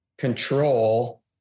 control